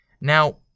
now